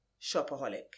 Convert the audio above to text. shopaholic